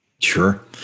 Sure